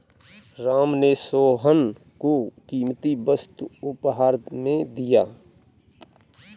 राम ने सोहन को कीमती वस्तु उपहार में दिया